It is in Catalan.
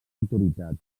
autoritat